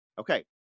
okay